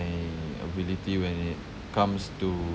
~y ability when it comes to